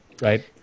right